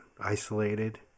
isolated